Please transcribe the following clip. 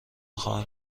خواهم